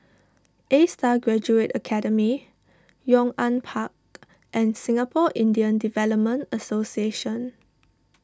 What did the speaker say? A Star Graduate Academy Yong An Park and Singapore Indian Development Association